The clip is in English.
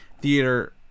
theater